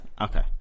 Okay